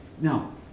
Now